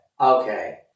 okay